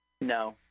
no